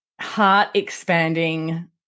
heart-expanding